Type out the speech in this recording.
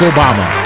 Obama